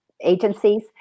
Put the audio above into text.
agencies